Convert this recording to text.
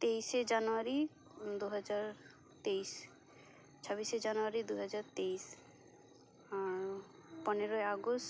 ᱛᱮᱭᱤᱥᱮ ᱡᱟᱱᱩᱣᱟᱨᱤ ᱫᱩ ᱦᱟᱡᱟᱨ ᱛᱮᱭᱤᱥ ᱪᱷᱟᱵᱤᱥᱮ ᱡᱟᱱᱩᱣᱟᱨᱤ ᱫᱩ ᱦᱟᱡᱟᱨ ᱛᱮᱭᱤᱥ ᱟᱨ ᱯᱚᱱᱮᱨᱚᱭ ᱟᱜᱚᱥᱴ